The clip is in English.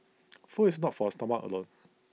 food is not for A stomach alone